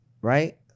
right